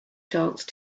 chance